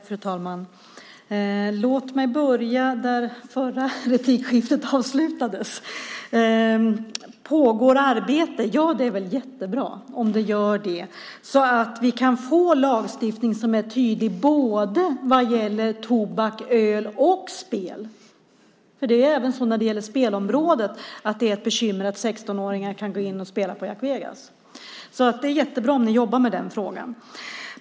Fru talman! Låt mig börja där det förra replikskiftet avslutades. Det pågår arbete - det är väl jättebra om det gör det så att vi kan få en lagstiftning som är tydlig vad gäller både tobak och öl liksom spel. Det är ett bekymmer när det gäller spelområdet att även 16-åringar kan spela på Jack Vegas. Det är jättebra om ni jobbar med den frågan.